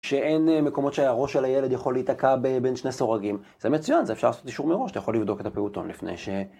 שאין מקומות שהראש של הילד יכול להיתקע בין שני הסורגים. זה מצוין, זה אפשר לעשות אישור מראש, אתה יכול לבדוק את הפעוטון לפני ש...